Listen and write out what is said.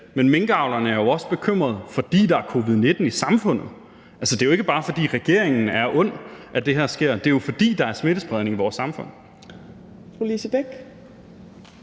med minkavlerne er jo også bekymrede, fordi der er covid-19 i samfundet. Det er jo ikke bare, fordi regeringen er ond, at det her sker. Det er jo, fordi der er smittespredning i vores samfund.